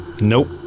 Nope